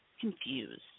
confused